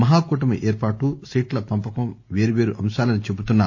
మహాకూటమి ఏర్పాటు సీట్ల పంపకం పేరు పేరు అంశాలని చెబుతున్న